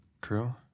crew